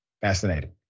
Fascinating